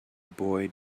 boy